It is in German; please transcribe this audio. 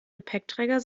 gepäckträger